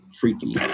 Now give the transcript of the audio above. freaky